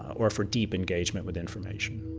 or for deep engagement with information.